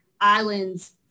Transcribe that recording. islands